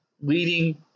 leading